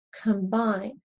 combine